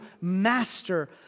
master